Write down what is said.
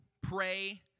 pray